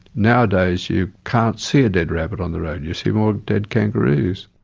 nowadays you can't see a dead rabbit on the road, you see more dead kangaroos.